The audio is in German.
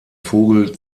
vogel